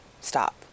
stop